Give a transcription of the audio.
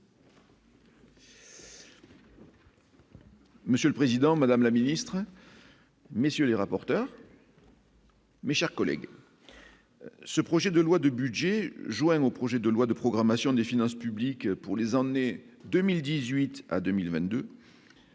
Monsieur le Président, Madame la ministre. Messieurs les rapporteurs. Mais, chers collègues, ce projet de loi de budget joint au projet de loi de programmation des finances publiques pour les emmener 2018 à 2022.